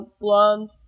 blonde